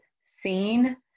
seen